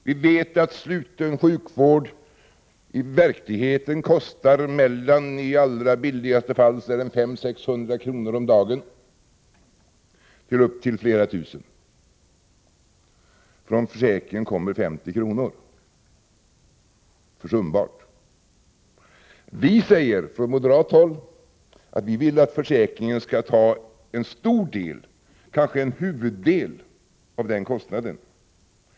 Vi vet att sluten sjukvård i verkligheten kostar från i allra billigaste fall 500-600 kr. om dagen, upp till flera tusen. Från försäkringen kommer 50 kr. — försumbart! Vi säger från moderat håll att vi vill att försäkringen skall ta en stor del, kanske en huvuddel, av kostnaden.